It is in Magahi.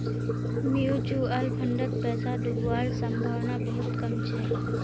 म्यूचुअल फंडत पैसा डूबवार संभावना बहुत कम छ